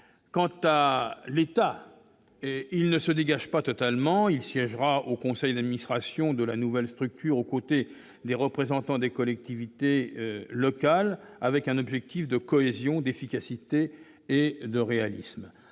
Quant à l'État, il ne se dégage pas totalement. Il siégera au conseil d'administration de la nouvelle structure aux côtés des représentants des collectivités locales, avec un objectif de cohésion, d'efficacité et de réalisme.